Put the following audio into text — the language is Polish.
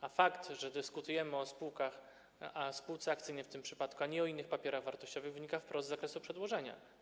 A fakt, że dyskutujemy o akcjach spółki akcyjnej w tym przypadku, a nie o innych papierach wartościowych, wynika wprost z zakresu przedłożenia.